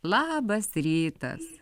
labas rytas